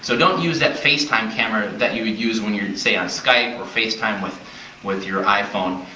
so don't use that facetime camera that you would use when youire, say, on skype or facetime with with your iphone.